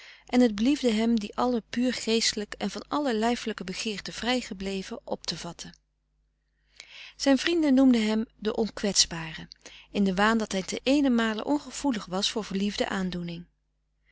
en het beliefde hem die allen puur geestelijk en van alle lijfelijke begeerte vrij gebleven op te vatten zijn vrienden noemden hem de onkwetsbare in den waan dat hij ten eenenmale ongevoelig was voor verliefde aandoening